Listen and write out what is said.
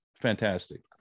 fantastic